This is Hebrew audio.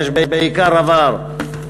יש בעיקר עבר.